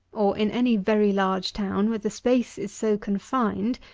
or in any very large town where the space is so confined,